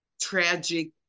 tragic